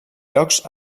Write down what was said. llocs